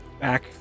Back